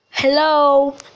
Hello